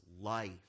life